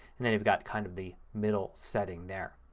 and then you've got kind of the middle setting there.